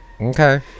okay